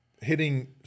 hitting